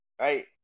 Right